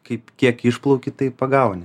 kaip kiek išplauki tai pagauni